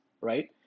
right